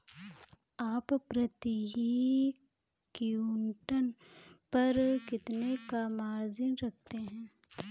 आप प्रति क्विंटल पर कितने का मार्जिन रखते हैं?